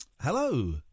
Hello